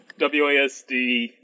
WASD